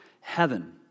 heaven